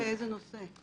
בנושא.